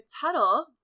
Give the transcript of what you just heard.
tuttle